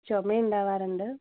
ചുമ ഉണ്ടാവാറുണ്ട്